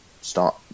start